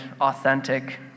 authentic